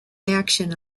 action